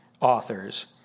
authors